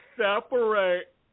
separate